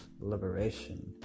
liberation